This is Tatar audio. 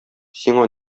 сиңа